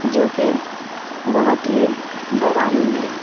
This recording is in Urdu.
جوکہ بہت ہی ڈراؤنی ہے